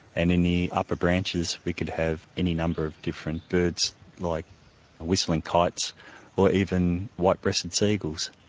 and in the upper branches we could have any number of different birds like whistling kites or even white-breasted sea eagles.